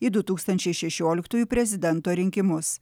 į du tūkstančiai šešioliktųjų prezidento rinkimus